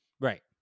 Right